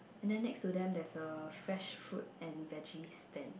and then next to them there's a fresh fruit and veggie stand